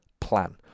plan